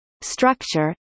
structure